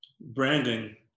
branding